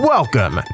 Welcome